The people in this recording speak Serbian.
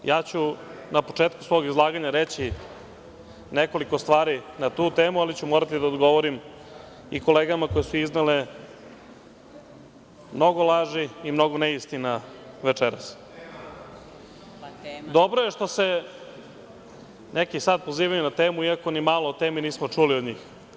Ja ću na početku svog izlaganja reći nekoliko stvari na tu temu, ali ću morati da odgovorim i kolegama koje su iznele mnogo laži i mnogo neistina večeras. (Zoran Krasić: Tema.) Dobro je što se neki sad pozivaju na temu, iako ni malo o temi nismo čuli od njih.